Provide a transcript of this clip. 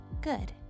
Good